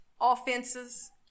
offenses